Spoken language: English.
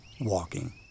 WALKING